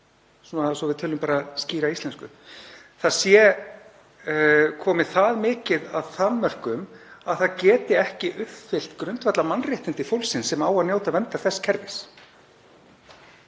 ónýtt, svo við tölum bara skýra íslensku, að það sé komið að svo miklum þanmörkum að það geti ekki uppfyllt grundvallarmannréttindi fólksins sem á að njóta verndar þess kerfis.